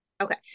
Okay